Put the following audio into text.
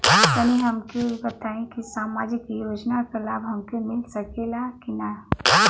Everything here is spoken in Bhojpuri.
तनि हमके इ बताईं की सामाजिक योजना क लाभ हमके मिल सकेला की ना?